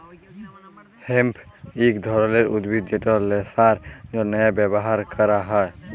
hemp ইক ধরলের উদ্ভিদ যেট ল্যাশার জ্যনহে ব্যাভার ক্যরা হ্যয়